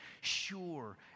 sure